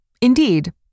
Indeed